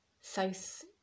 south